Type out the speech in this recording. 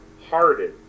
hardened